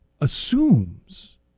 assumes